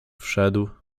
wszedł